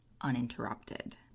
uninterrupted